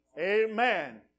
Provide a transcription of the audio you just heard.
Amen